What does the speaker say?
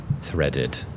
Threaded